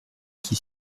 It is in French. qui